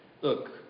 Look